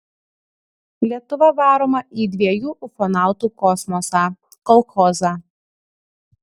lietuva varoma į dviejų ufonautų kosmosą kolchozą